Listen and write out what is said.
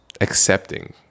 accepting